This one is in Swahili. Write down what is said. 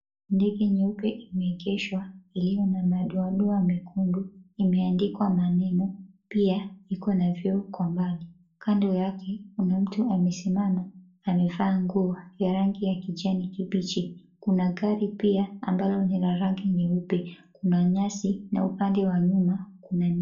Ndege nyeupe imeegeshwa, iliyo na madoadoa mekundu, imeandikwa maneno, pia iko na vioo. Kwa mbali, kando yake kuna mtu amesimama, amevaa nguo ya rangi ya kijani kibichi. Kuna gari pia ambalo ni la rangi nyeupe, kuna nyasi, na upande wa nyuma kuna miti.